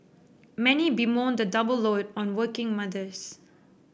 many bemoan the double load on working mothers